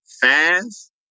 fast